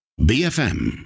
BFM